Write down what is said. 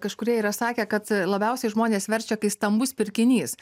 kažkurie yra sakę kad labiausiai žmonės verčia kai stambus pirkinys